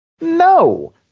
no